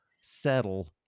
settle